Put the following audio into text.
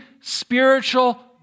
spiritual